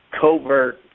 covert